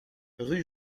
rue